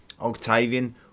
Octavian